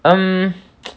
um